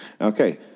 Okay